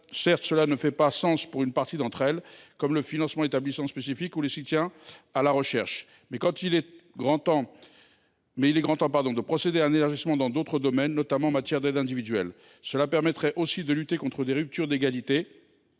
Certes, cela ne fait pas sens pour une partie d’entre elles, comme le financement aux établissements spécifiques ou le soutien à la recherche. Néanmoins, il est grand temps de procéder à un élargissement dans d’autres domaines, notamment en matière d’aide individuelle, ce qui permettrait aussi de lutter contre des ruptures d’égalité